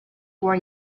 war